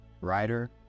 writer